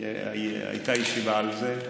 הייתה ישיבה על זה,